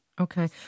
Okay